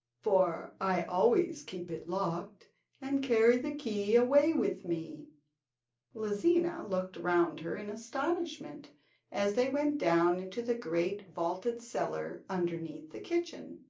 for i always keep it locked and carry the key away with me lizina looked round her in astonishment as they went down into the great vaulted cellar underneath the kitchen.